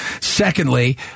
Secondly